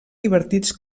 divertits